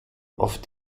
auf